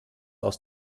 aus